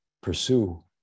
pursue